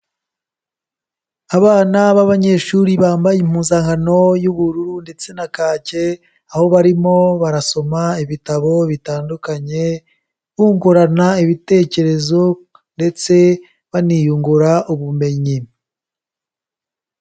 Abana b'abanyeshuri bambaye impuzankano y'ubururu ndetse na kake, aho barimo barasoma ibitabo bitandukanye bungurana ibitekerezo ndetse baniyungura ubumenyi.